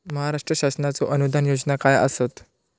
महाराष्ट्र शासनाचो अनुदान योजना काय आसत?